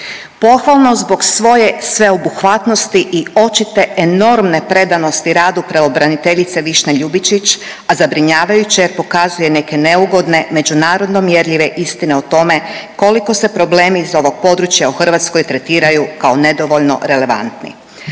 Pohvalno zbog svoje sveobuhvatnosti i očito enormne predanosti radu pravobraniteljice Višnje Ljubičić, a zabrinjavajuće jer pokazuje neke neugodne međunarodno mjerljive istine o tome koliko se problemi iz ovog područja u Hrvatskoj tretiraju kao nedovoljno relevantni.